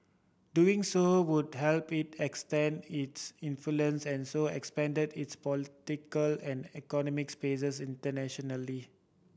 doing so would help it extend its influence and so expand its political and economic spaces internationally